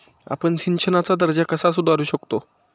आपण सिंचनाचा दर्जा कसा सुधारू शकतो?